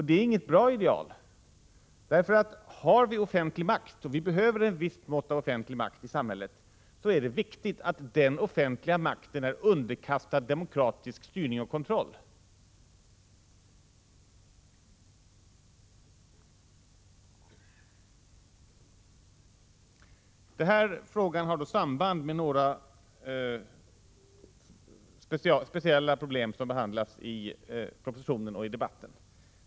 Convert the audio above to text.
Det är inget bra ideal, för har vi offentlig makt — och vi behöver ett visst mått av offentlig makt i samhället — är det viktigt att denna offentliga makt är underkastad demokratisk styrning och kontroll. Den här frågan har samband med några speciella problem som behandlas i propositionen och i debatten.